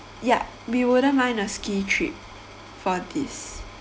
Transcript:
ya we wouldn't mind a ski trip for this